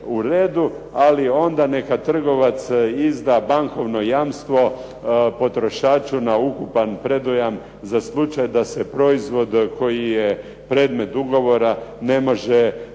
ali onda neka trgovac izda bankovno jamstvo potrošaču na ukupan predujam za slučaj da se proizvod koji je predmet ugovora ne može isporučiti